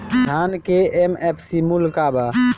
धान के एम.एफ.सी मूल्य का बा?